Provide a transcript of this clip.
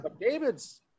David's